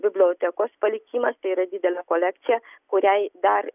bibliotekos palikimas tai yra didelė kolekcija kuriai dar